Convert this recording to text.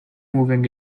moving